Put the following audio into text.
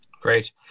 Great